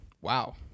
wow